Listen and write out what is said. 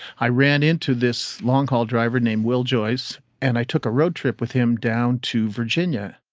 i ran into this long-haul driver named will joyce and i took a road trip with him down to virginia.